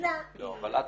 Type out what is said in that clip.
אני אסביר.